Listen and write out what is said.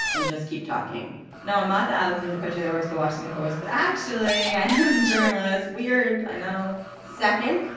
and just keep talking no, i'm not the alexandra petri that works at the washington post, but actually i am a journalist. weird, i know second,